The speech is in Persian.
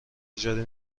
اجاره